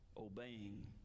obeying